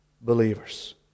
believers